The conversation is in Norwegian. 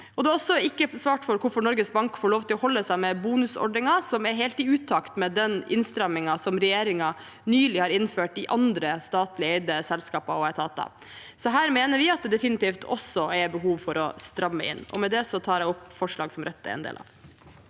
heller ikke svart på hvorfor Norges Bank får lov til å holde seg med bonusordninger, som er helt i utakt med den innstrammingen som regjeringen nylig har innført i andre statlig eide selskaper og etater. Her mener vi det definitivt også er behov for å stramme inn. Med det tar jeg opp forslag som Rødt er med på.